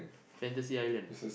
Fantasy-Island ah